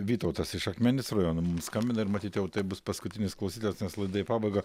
vytautas iš akmenės rajono skambina ir matyt jau tai bus paskutinis klausytojos nes laida į pabaigą